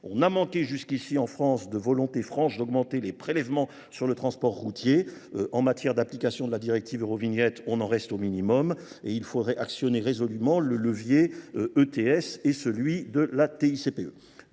On a manqué jusqu'ici en France de volonté franche d'augmenter les prélèvements sur le transport routier, En matière d'application de la directive eurovignette, on en reste au minimum et il faudrait actionner résolument le levier ETS et celui de la TICPE.